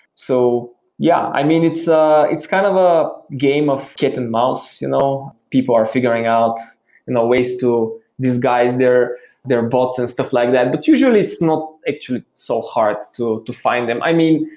so yeah. i mean, it's ah a kind of ah game of cat and mouse. you know people are figuring out and ways to disguise their their bots and stuff like that. but usually, it's not actually so hard to ah to find them. i mean,